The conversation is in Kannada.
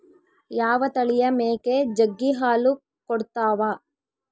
ಯಾವ ತಳಿಯ ಮೇಕೆ ಜಗ್ಗಿ ಹಾಲು ಕೊಡ್ತಾವ?